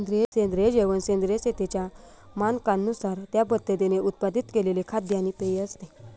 सेंद्रिय जेवण सेंद्रिय शेतीच्या मानकांनुसार त्या पद्धतीने उत्पादित केलेले खाद्य आणि पेय असते